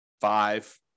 five